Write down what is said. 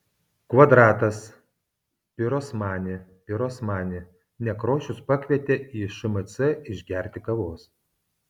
kvadratas pirosmani pirosmani nekrošius pakvietė į šmc išgerti kavos